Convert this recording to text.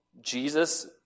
Jesus